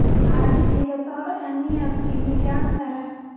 RTGS और NEFT में क्या अंतर है?